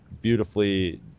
beautifully